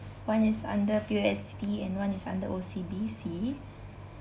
one is under P_O_S_B and one is under O_C_B_C